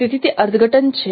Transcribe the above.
તેથી તે અર્થઘટન છે